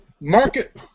market